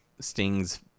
stings